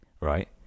right